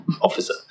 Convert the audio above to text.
officer